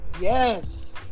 yes